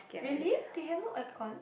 really they have no aircon